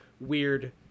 weird